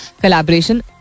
collaboration